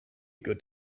good